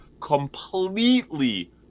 completely